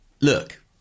look